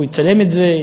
הוא יצלם את זה,